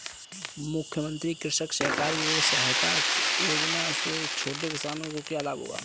मुख्यमंत्री कृषक सहकारी ऋण सहायता योजना से छोटे किसानों को क्या लाभ होगा?